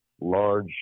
large